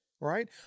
right